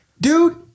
Dude